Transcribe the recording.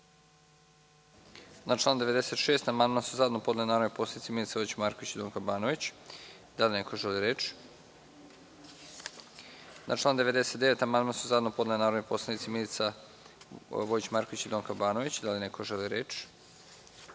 Na član 96. amandman su zajedno podnele narodni poslanici Milica Vojić Marković i Donka Banović. Da li neko želi reč? (Ne.)Na član 99. amandman su zajedno podnele narodni poslanici Milica Vojić Marković i Donka Banović. Da li neko želi reč?